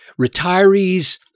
Retirees